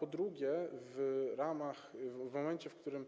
Po drugie, w momencie, w którym